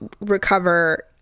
recover